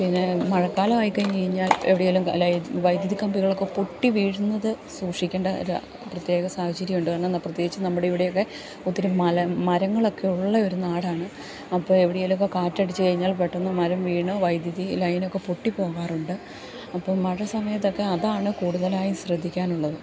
പിന്നെ മഴക്കാലം ആയിക്കഴിഞ്ഞഴിഞ്ഞാൽ എവിടെയെങ്കിലും വൈദ്യുതി കമ്പികളൊക്കെ പൊട്ടി വീഴുന്നത് സൂക്ഷിക്കേണ്ട ഒരു പ്രത്യേക സാഹചര്യമുണ്ട് കാരണം പ്രത്യേകിച്ച് നമ്മുടെ ഇവിടെയൊക്കെ ഒത്തിരി മരങ്ങളൊക്കെ ഉള്ള ഒരു നാടാണ് അപ്പം എവിടേലും ഒക്കെ കാറ്റടിച്ചു കഴിഞ്ഞാൽ പെട്ടെന്ന് മരം വീണ് വൈദ്യുതി ലൈനൊക്ക പൊട്ടി പോകാറുണ്ട് അപ്പം മഴസമയത്തൊക്കെ അതാണ് കൂടുതലായും ശ്രദ്ധിക്കാനുള്ളത്